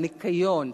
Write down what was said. הניקיון,